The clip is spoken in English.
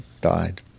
died